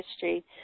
history